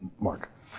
mark